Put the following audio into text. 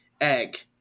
egg